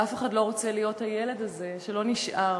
ואף אחד לא רוצה להיות הילד הזה שלו לא נשאר,